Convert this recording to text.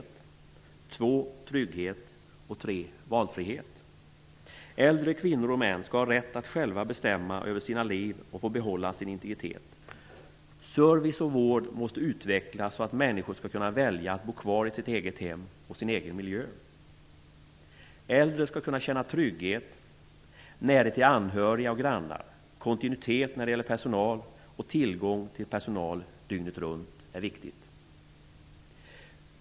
Trygghet. Äldre kvinnor och män skall ha rätt att själva bestämma över sina liv och få behålla sin integritet. Service och vård måste utvecklas så att människor skall kunna välja att bo kvar i sitt eget hem och sin egen miljö. Äldre skall kunna känna trygghet, närhet till anhöriga och grannar och kontinuitet när det gäller personal. Tillgång till personal dygnet runt är viktigt.